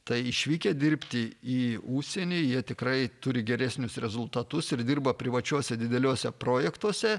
tai išvykę dirbti į užsienį jie tikrai turi geresnius rezultatus ir dirba privačiose dideliuose projektuose